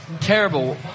Terrible